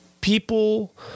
people